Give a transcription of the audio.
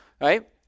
right